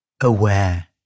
Aware